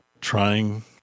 trying